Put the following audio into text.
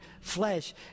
flesh